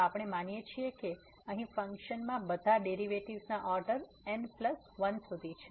તો આપણે માનીએ છીએ કે અહીં ફંક્શન માં બધા ડેરિવેટિવ્ઝ ના ઓર્ડર n પ્લસ 1 સુધી છે